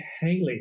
Haley